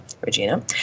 Regina